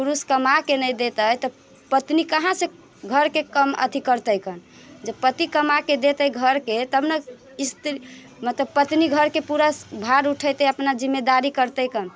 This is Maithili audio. पुरुष कमा कऽ नहि देतै तऽ पत्नी कहाँसँ घरके काम अथी करतै गऽ जब पति कमाके देतै घरके तब ने स्त्री मतलब पत्नी घरके पूरा भार उठेतै अपना जिम्मेदारी करतै गऽ